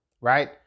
right